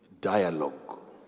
dialogue